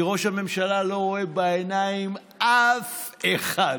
כי ראש הממשלה לא רואה בעיניים אף אחד,